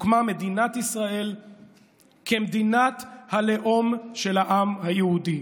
הוקמה מדינת ישראל כמדינת הלאום של העם היהודי,